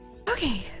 Okay